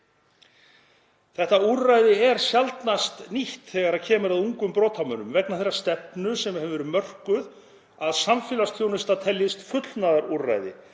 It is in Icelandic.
Þetta úrræði er sjaldnast nýtt þegar kemur að ungum brotamönnum vegna þeirrar stefnu sem hefur verið mörkuð að samfélagsþjónusta teljist fullnustuúrræði